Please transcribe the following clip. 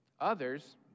Others